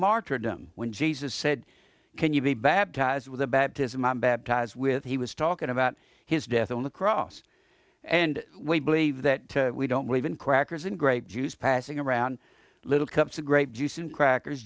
martyrdom when jesus said can you be baptized with the baptism i baptize with he was talking about his death on the cross and we believe that we don't believe in crackers and grape juice passing around little cups a grape juice and crackers